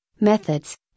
methods